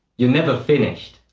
you're never finished.